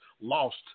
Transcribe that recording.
lost